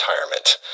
retirement